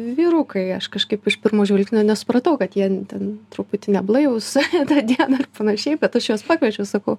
vyrukai aš kažkaip iš pirmo žvilgsnio nesupratau kad jie ten truputį neblaivūs tą dieną ir panašiai bet aš juos pakviečiau sakau